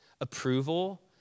approval